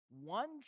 one